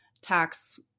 tax